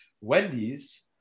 wendy's